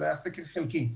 זה היה סקר חלקי.